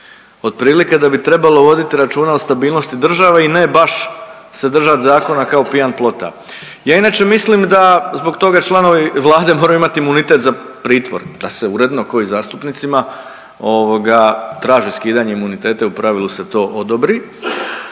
otprilike da bi trebalo voditi računa o stabilnosti države i ne baš se držat zakona kao pijan plota. Ja inače mislim da zbog toga članovi Vlade moraju imati imunitet za pritvor, da se uredno kao i zastupnicima traži skidanje imuniteta i u pravilu se to odobri,